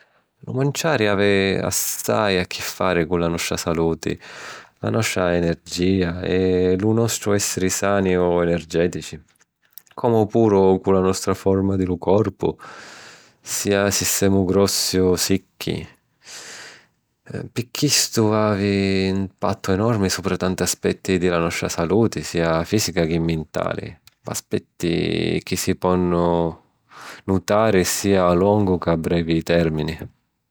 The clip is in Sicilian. Lu manciari havi assai a chi fari cu la nostra saluti, la nostra energìa, e lu nostru èssiri sani o energètici, comu puru cu la nostra forma di lu corpu, sia si semu grossi o sicchi. Pi chistu, havi 'n impattu enormi supra tanti aspetti di la nostra saluti, sia fìsica chi mintali, p'aspetti chi si ponnu nutari sia a longu ca a brevi tèrmini.